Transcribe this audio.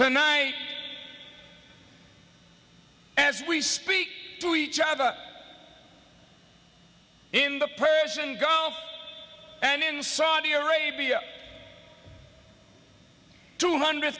tonight as we speak to each other in the persian gulf and in saudi arabia two hundred